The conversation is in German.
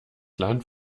land